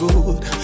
Good